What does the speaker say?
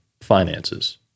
finances